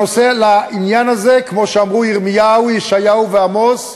שלעניין הזה, כמו שאמרו ירמיהו, ישעיהו ועמוס,